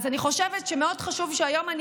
אז אני חושבת שחשוב מאוד שהיום אני